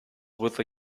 with